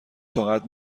طاقت